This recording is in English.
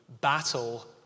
battle